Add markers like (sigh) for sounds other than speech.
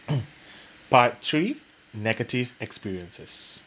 (coughs) part three negative experiences